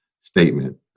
statement